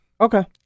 Okay